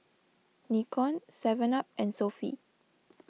Nikon Seven Up and Sofy